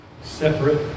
Separate